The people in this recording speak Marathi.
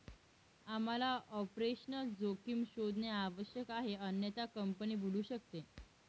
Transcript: आम्हाला ऑपरेशनल जोखीम शोधणे आवश्यक आहे अन्यथा कंपनी बुडू शकते